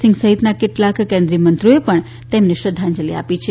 સિંઘ સહિતના કેટલાક કેન્દ્રીય મંત્રીઓએ પણ તેમને શ્રદ્ધાં જલિ આપી છે